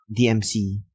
DMC